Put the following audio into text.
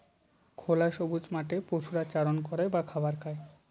খোলা সবুজ মাঠে পশুরা চারণ করে বা খাবার খায়